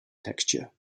texture